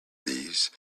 these